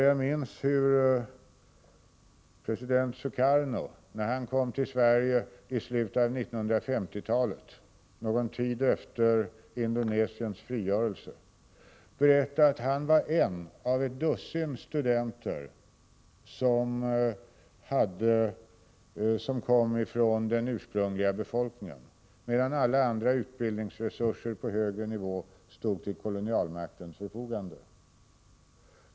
Jag minns hur president Sukarno, när han kom till Sverige i slutet av 1950-talet, någon tid efter Indonesiens frigörelse, berättade att han var en av ett dussintal studenter som var indoneser, medan alla övriga utbildningsresurser på högre nivå stod till kolonialmaktens förfogande.